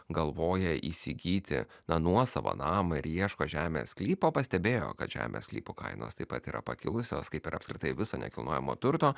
galvoja įsigyti na nuosavą namą ir ieško žemės sklypo pastebėjo kad žemės sklypo kainos taip pat yra pakilusios kaip ir apskritai viso nekilnojamo turto